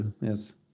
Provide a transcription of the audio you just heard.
yes